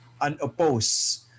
unopposed